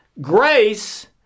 grace